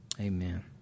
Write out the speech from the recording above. Amen